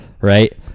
right